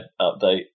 update